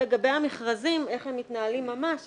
לגבי המכרזים, איך הם מתנהלים ממש.